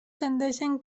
tendeixen